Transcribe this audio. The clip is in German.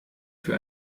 für